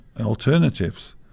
alternatives